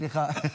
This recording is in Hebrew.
סליחה,